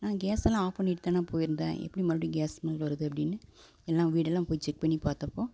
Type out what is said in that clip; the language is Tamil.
நான் கேஸ் எல்லாம் ஆஃப் பண்ணிவிட்டு தானே போயிருந்தேன் எப்படி மறுபடியும் கேஸ் ஸ்மெல் வருது அப்படினு எல்லாம் வீடெலாம் போய் செக் பண்ணி பார்த்தப்போ